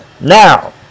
Now